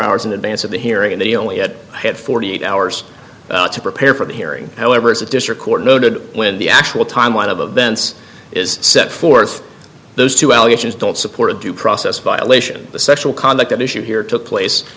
hours in advance of the hearing and they only had had forty eight hours to prepare for the hearing however as a district court noted when the actual timeline of events is set forth those two allegations don't support a due process violation the sexual conduct at issue here took place